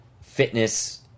Fitness